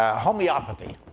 ah homeopathy,